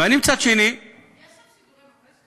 יש שם שידורי מורשת?